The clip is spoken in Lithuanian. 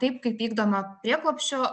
taip kaip vykdoma prieglobsčio